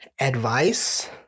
advice